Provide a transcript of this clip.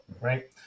right